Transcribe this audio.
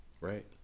right